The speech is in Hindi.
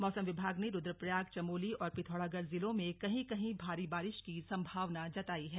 मौसम विभाग ने रुद्दप्रयाग चमोली और पिथौरागढ़ जिलों में कहीं कहीं भारी बारिश की संभावना जताई है